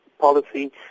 policy